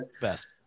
best